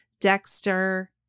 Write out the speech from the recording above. Dexter